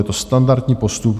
Je to standardní postup.